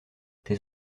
tes